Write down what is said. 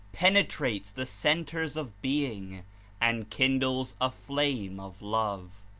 penetrates the centers of being and kindles a flame of love,